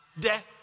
Death